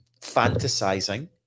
fantasizing